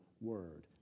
word